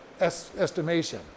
estimation